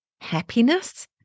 happiness